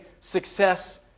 success